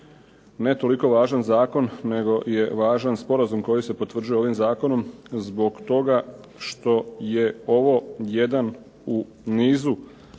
ne toliko važan zakon, nego je važan sporazum koji se potvrđuje ovim zakonom zbog toga što je ovo jedan u nizu